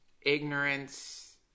ignorance